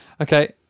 Okay